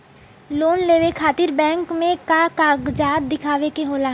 Loan लेवे खातिर bank मे का कागजात दिखावे के होला?